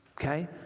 okay